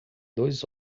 dois